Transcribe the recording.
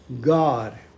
God